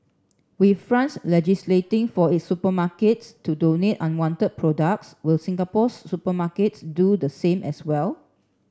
with France legislating for its supermarkets to donate unwanted products will Singapore's supermarkets do the same as well